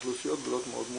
אוכלוסיות גדולות מאוד,